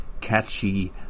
catchy